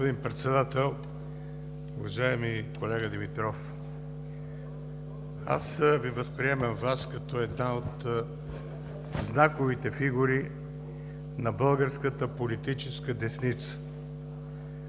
господин Председател! Уважаеми колега Димитров, възприемам Ви като една от знаковите фигури на българската политическа десница.